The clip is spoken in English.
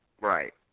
Right